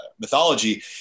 mythology